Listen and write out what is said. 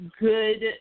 good